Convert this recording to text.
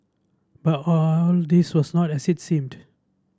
but all this was not as seemed